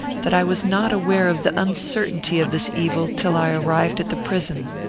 that i was not aware of the uncertainty of this evil till i arrived at the prison.